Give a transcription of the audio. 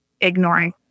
ignoring